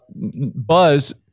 buzz –